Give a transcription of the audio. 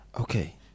Okay